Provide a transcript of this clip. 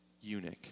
eunuch